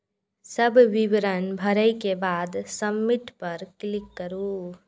सब विवरण भरै के बाद सबमिट पर क्लिक करू